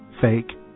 fake